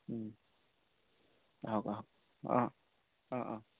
আহক আহক অঁ অঁ অঁ অঁ